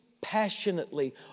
passionately